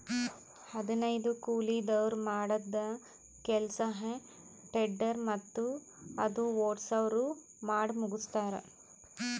ಹದನೈದು ಕೂಲಿದವ್ರ್ ಮಾಡದ್ದ್ ಕೆಲ್ಸಾ ಹೆ ಟೆಡ್ಡರ್ ಮತ್ತ್ ಅದು ಓಡ್ಸವ್ರು ಮಾಡಮುಗಸ್ತಾರ್